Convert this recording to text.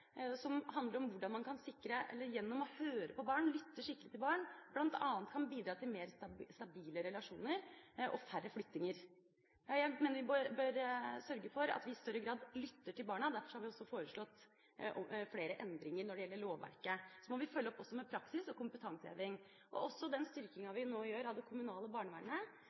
handler om hvordan man bl.a. gjennom å høre på barn og lytte skikkelig til barn kan bidra til mer stabile relasjoner og færre flyttinger. Jeg mener vi bør sørge for at vi i større grad lytter til barna. Derfor har vi også foreslått flere endringer når det gjelder lovverket. Så må vi også følge opp med praksis og kompetanseheving. Også den styrkinga som vi nå gjør av det kommunale barnevernet